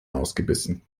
ausgebissen